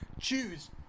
choose